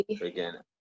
again